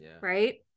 right